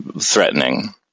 threatening